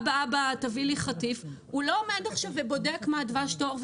הוא לא עומד ובודק מה דבש טוב,